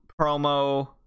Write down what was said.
promo